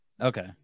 Okay